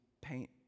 paint